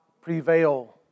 prevail